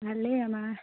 ভালে আমাৰ